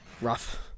Rough